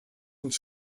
uns